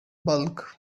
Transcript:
bulk